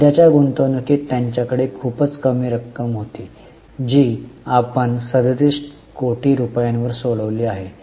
सध्याच्या गुंतवणूकीत त्यांच्याकडे खूपच कमी रक्कम होती जी आपण आता 37 कोटी रुपयांवर सोडविली आहे